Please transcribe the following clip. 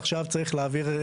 עכשיו צריך להעביר,